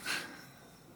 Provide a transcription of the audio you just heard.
דקות.